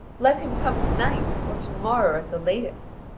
let him come to-night, or to-morrow, at the latest.